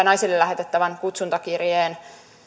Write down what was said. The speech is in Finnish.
naisille lähetettävän kutsuntakirjeen